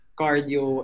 cardio